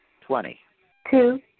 Twenty-two